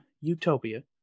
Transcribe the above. utopia